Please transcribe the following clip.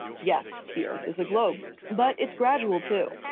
yes, the earth is a globe, but it's gradual too.